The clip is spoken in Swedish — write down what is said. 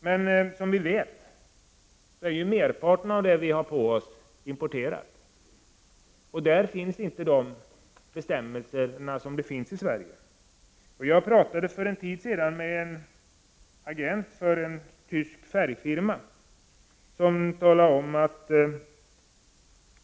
Men som vi vet är merparten av det vi har på oss importerat. I utlandet finns inte de bestämmelser som finns i Sverige. Jag pratade för en tid sedan med en agent för en tysk färgfirma. Han talade om att